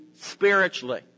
spiritually